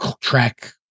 track